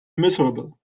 miserable